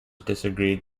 disagreed